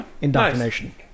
indoctrination